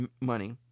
money